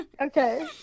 Okay